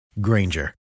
Granger